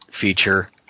feature